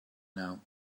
now